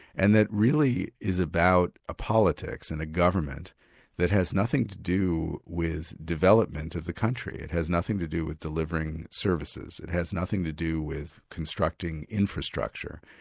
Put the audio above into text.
and that really is about a politics and a government that has nothing to do with development of the country, it has nothing to do with delivering services, it has nothing to do with constructing infrastructure.